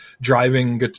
driving